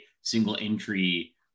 single-entry